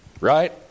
right